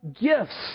gifts